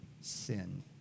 sin